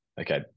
okay